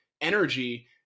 energy